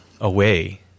away